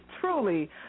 truly